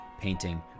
painting